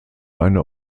eine